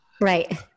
right